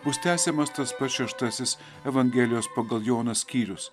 bus tęsiamas tas pats šeštasis evangelijos pagal joną skyrius